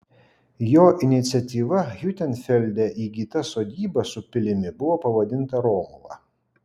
jo iniciatyva hiutenfelde įgyta sodyba su pilimi buvo pavadinta romuva